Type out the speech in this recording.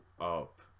up